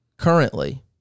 Currently